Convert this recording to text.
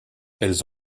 elles